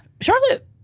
Charlotte